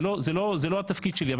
זה לא התפקיד שלי,